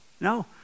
no